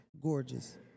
gorgeous